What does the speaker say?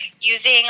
using